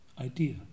idea